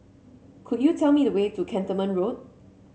could you tell me the way to Cantonment Road